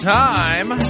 time